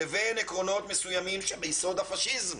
"לבין עקרונות מסוימים שביסוד הפשיזם.